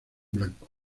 blanco